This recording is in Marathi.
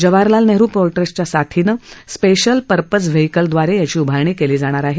जवाहरलाल नेहरु पोर्ट ट्रस्टच्या साथीनं स्पेशल परपज व्हेईकलदवारे याची उभारणी केली जाणार आहे